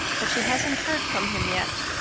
but she hasn't heard from him yet.